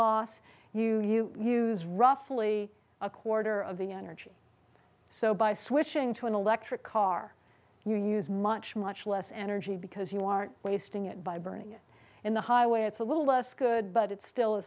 loss you you use roughly a quarter of the energy so by switching to an electric car you use much much less energy because you aren't wasting it by burning it in the highway it's a little less good but it's still a